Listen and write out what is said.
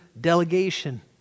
delegation